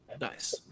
Nice